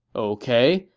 ok,